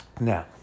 Now